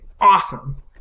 awesome